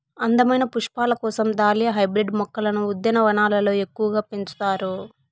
అందమైన పుష్పాల కోసం దాలియా హైబ్రిడ్ మొక్కలను ఉద్యానవనాలలో ఎక్కువగా పెంచుతారు